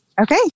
Okay